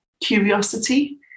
curiosity